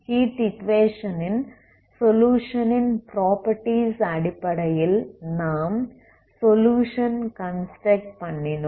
heat equation ன் solution ன் properties அடிப்படையில் நாம் சொலுயுஷன் கன்ஸ்ட்ரக்ட் பண்ணினோம்